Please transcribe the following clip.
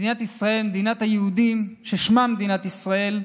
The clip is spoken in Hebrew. מדינת ישראל, מדינת היהודים ששמה מדינת ישראל,